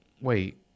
Wait